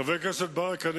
חבר הכנסת ברכה,